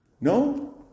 No